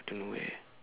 don't know where